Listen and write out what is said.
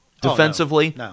defensively